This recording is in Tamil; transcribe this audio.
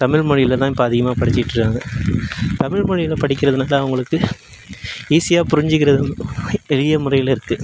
தமிழ்மொழியில் தான் இப்போ அதிகமாக படிச்சுயிட்ருக்காங்க தமிழ்மொழியில் படிக்கிறதுனால் அவங்களுக்கு ஈஸியாக புரிஞ்சுக்கிறது வந் எளிய முறையில் இருக்குது